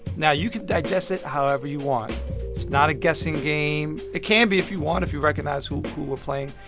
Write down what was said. now, you can digest it however you want. it's not a guessing game. it can be if you want, if you recognize who who we're playing.